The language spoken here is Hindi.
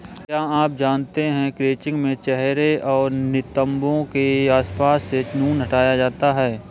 क्या आप जानते है क्रचिंग में चेहरे और नितंबो के आसपास से ऊन हटाया जाता है